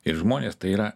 ir žmonės tai yra